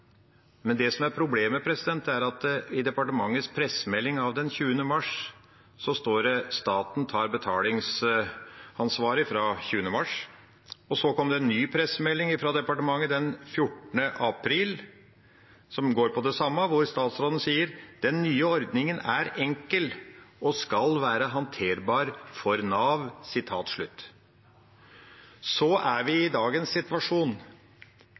Men det som er problemet, er at det står i departementets pressemelding av den 20. mars: «Staten tar over betalingsansvaret fra og med 20. mars.» Og så kom det en ny pressemelding fra departementet den 14. april, som går på det samme, hvor statsråden sier: «Den nye ordningen er enkel, slik at den skal være håndterbar for Nav.» Så er vi i dagens situasjon.